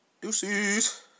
Deuces